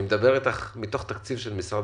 12 מיליון שקל לתקנה הזאת מתוך תקציב משרד